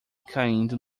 caindo